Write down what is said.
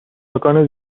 مکان